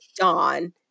dawn